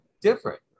different